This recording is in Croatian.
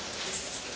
Hvala